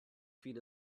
feet